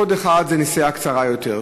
קוד אחד זה נסיעה קצרה יותר,